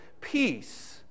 peace